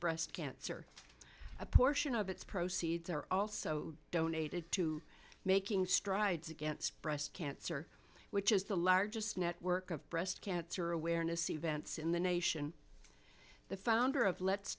breast cancer a portion of its proceeds are also donated to making strides against breast cancer which is the largest network of breast cancer awareness events in the nation the founder of let's